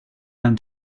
than